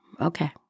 Okay